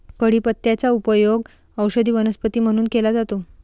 कढीपत्त्याचा उपयोग औषधी वनस्पती म्हणून केला जातो